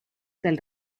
del